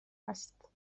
است